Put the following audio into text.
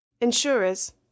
Insurers